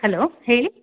hello ಹೇಳಿ